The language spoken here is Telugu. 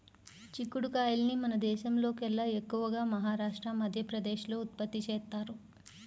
చిక్కుడు కాయల్ని మన దేశంలోకెల్లా ఎక్కువగా మహారాష్ట్ర, మధ్యప్రదేశ్ లో ఉత్పత్తి చేత్తారు